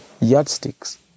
yardsticks